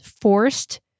forced